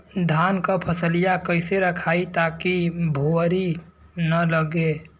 धान क फसलिया कईसे रखाई ताकि भुवरी न लगे?